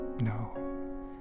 No